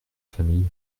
famille